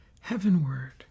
heavenward